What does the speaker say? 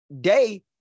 day